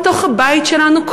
בתוך הבית שלנו,